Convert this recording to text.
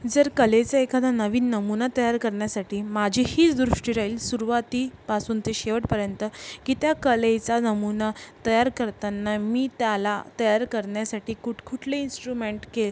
जर कलेचा एखादा नवीन नमुना तयार करण्यासाठी माझी हीच दृष्टी राहील सुरुवातीपासून ते शेवटपर्यंत की त्या कलेचा नमुना तयार करताना मी त्याला तयार करण्यासाठी कुठकुठले इन्स्ट्रुमेंट के